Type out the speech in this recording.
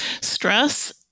Stress